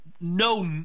no